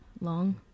long